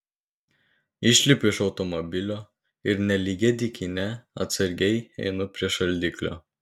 išlipu iš automobilio ir nelygia dykyne atsargiai einu prie šaldiklio